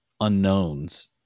unknowns